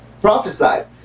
Prophesied